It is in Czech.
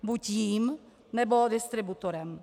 Buď jím, nebo distributorem.